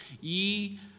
ye